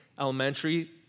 elementary